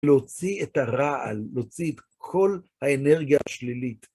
להוציא את הרעל, להוציא את כל האנרגיה השלילית.